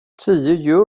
tio